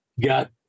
got